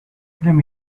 lemme